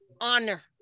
honor